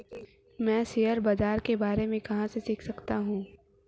मैं शेयर बाज़ार के बारे में कहाँ से सीख सकता हूँ?